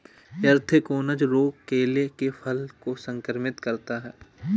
anthracnose रोग केले के फल को संक्रमित करता है